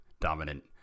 dominant